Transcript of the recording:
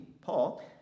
Paul